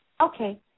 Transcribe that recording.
Okay